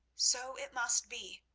so it must be.